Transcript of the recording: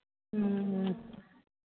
ᱦᱩᱸ